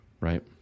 right